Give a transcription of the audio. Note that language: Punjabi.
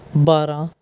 ਬਾਰ੍ਹਾਂ